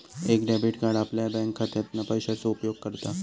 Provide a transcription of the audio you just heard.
एक debit card आपल्या बँकखात्यातना पैशाचो उपयोग करता